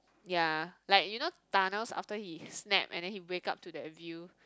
ya like you know tunnels after he snap and then he wake up to that view